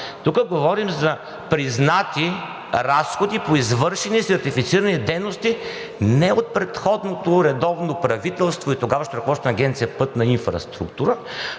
Тук говорим за признати разходи по извършени сертифицирани дейности не от предходното редовно правителство и тогавашното ръководство на Агенция „Пътна инфраструктура“,